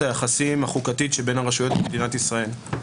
היחסים החוקתית שבין הרשויות במדינת ישראל.